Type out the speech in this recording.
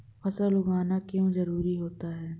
फसल उगाना क्यों जरूरी होता है?